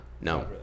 no